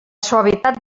suavitat